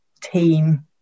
team